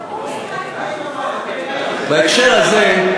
האם תנקוט צעדים של ביטול הטבת המס, בהקשר הזה,